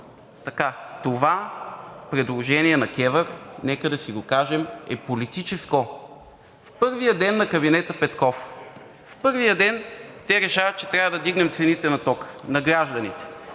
насам. Това предложение на КЕВР, нека да си го кажем, е политическо – в първия ден на кабинета Петков, в първия ден те решават, че трябва да вдигнем цените на тока за гражданите.